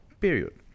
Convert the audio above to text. period